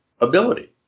ability